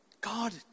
God